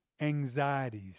anxieties